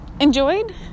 enjoyed